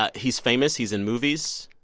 ah he's famous. he's in movies.